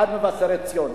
עד מבשרת-ציון.